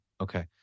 Okay